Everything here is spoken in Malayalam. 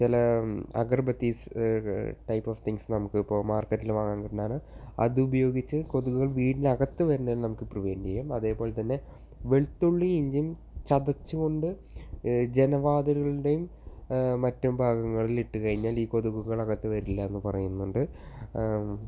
ചില അഗർബത്തീസ് ടൈപ്പ് ഓഫ് തിങ്സ് നമുക്ക് ഇപ്പോൾ മാർക്കറ്റിൽ വാങ്ങാൻ കിട്ടുന്നതാണ് അത് ഉപയോഗിച്ച് കൊതുകുകൾ വീടിനകത്ത് വരുന്നത് നമുക്ക് പ്രിവൻറ്റ് ചെയ്യാം അതേ പോലെ തന്നെ വെളുത്തുള്ളിയും ഇഞ്ചിയും ചതച്ചുകൊണ്ട് ജനവാതിലുകളുടെയും മറ്റും ഭാഗങ്ങളിൽ ഇട്ടു കഴിഞ്ഞാൽ ഈ കൊതുകുകൾ അകത്ത് വരില്ലയെന്നു പറയുന്നുണ്ട്